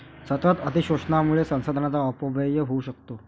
सतत अतिशोषणामुळे संसाधनांचा अपव्यय होऊ शकतो